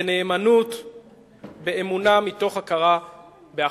בנאמנות, באמונה, מתוך הכרה באחריותנו,